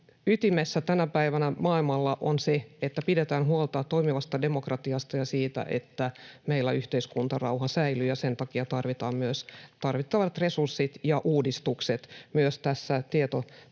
ytimessä tänä päivänä maailmalla, eli pidetään huolta toimivasta demokratiasta ja siitä, että meillä yhteiskuntarauha säilyy, ja sen takia tarvitaan tarvittavat resurssit ja uudistukset myös tietotekniikkapuolella.